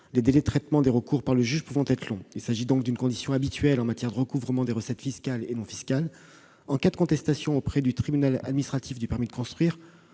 les délais de traitement des recours par le juge pouvant être longs. Il s'agit donc d'une condition habituelle en matière de recouvrement des recettes fiscales et non fiscales. En cas de contestation du permis de construire